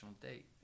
date